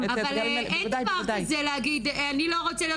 אבל אין דבר כזה להגיד: אני לא רוצה להיות